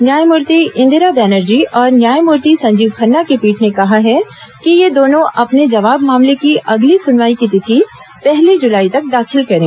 न्यायमूर्ति इंदिरा बैनर्जी और न्यायमूर्ति संजीव खन्ना की पीठ ने कहा है कि ये दोनों अपने जवाब मामले की अगली सुनवाई की तिथि पहली जुलाई तक दाखिल करें